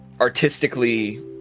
artistically